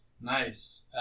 Nice